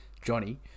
johnny